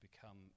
become